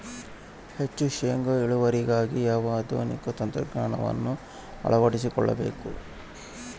ಹೆಚ್ಚು ಶೇಂಗಾ ಇಳುವರಿಗಾಗಿ ಯಾವ ಆಧುನಿಕ ತಂತ್ರಜ್ಞಾನವನ್ನು ಅಳವಡಿಸಿಕೊಳ್ಳಬೇಕು?